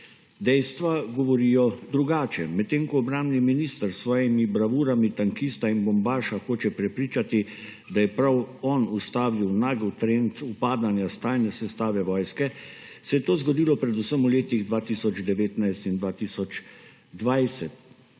Dejstva govorijo drugače. Medtem ko obrambni minister s svojimi bravurami tankista in bombaša hoče prepričati, da je prav on vstavil nagel trend upadanja stanja sestave vojske, se je to zgodilo predvsem v letih 2019 in 2020,